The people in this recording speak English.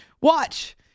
Watch